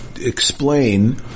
explain